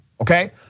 okay